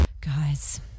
Guys